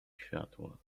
światła